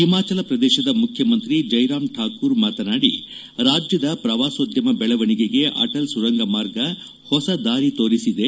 ಹಿಮಾಚಲ ಪ್ರದೇಶದ ಮುಖ್ಯಮಂತ್ರಿ ಜೈರಾಮ್ ಠಾಕೂರ್ ಮಾತನಾಡಿ ರಾಜ್ಯದ ಪ್ರವಾಸೋದ್ಯಮ ಬೆಳವಣಿಗೆಗೆ ಅಟಲ್ ಸುರಂಗ ಮಾರ್ಗ ಹೊಸದಾರಿ ತೋರಿಸಿದೆ